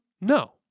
No